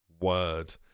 word